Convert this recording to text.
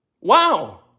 Wow